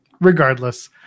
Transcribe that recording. Regardless